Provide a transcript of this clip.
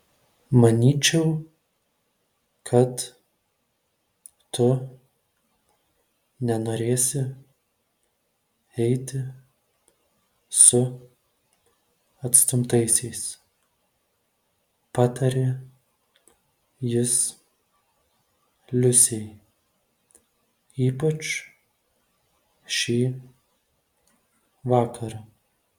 manyčiau kad tu nenorėsi eiti su atstumtaisiais patarė jis liusei ypač šį vakarą